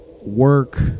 work